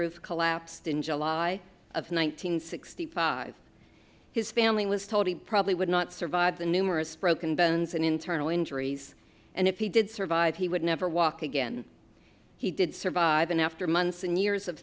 roof collapsed in july of one nine hundred sixty five his family was told he probably would not survive the numerous broken bones and internal injuries and if he did survive he would never walk again he did survive and after months and years of